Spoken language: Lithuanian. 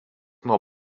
nuo